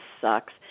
sucks